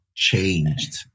changed